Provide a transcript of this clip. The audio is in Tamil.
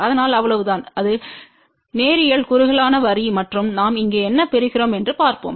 அதனால் அவ்வளவுதான் இது நேரியல் குறுகலான வரி மற்றும் நாம் இங்கே என்ன பெறுகிறோம் என்று பார்ப்போம்